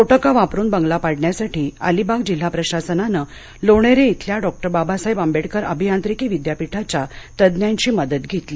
स्फोटकं वापरून बंगला पाडण्यासाठी अलिबाग जिल्हा प्रशासनानं लोणेरे श्वल्या डॉक्टर बाबासाहेब आंबेडकर अभियांत्रिकी विद्यापीठाच्या तज्ज्ञांची मदत घेतली